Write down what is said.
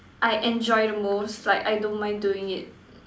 I enjoy the most like I don't mind doing it